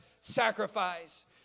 sacrifice